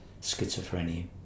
schizophrenia